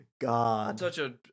God